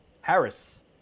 Harris